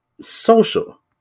social